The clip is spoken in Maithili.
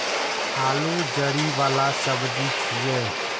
आलू जड़ि बला सब्जी छियै